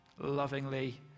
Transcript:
lovingly